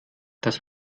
das